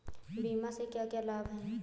बीमा के क्या क्या लाभ हैं?